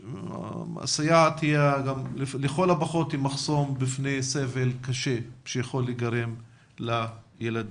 הסייעת היא לכל הפחות מחסום בפני סבל קשה שיכול להיגרם לילדים.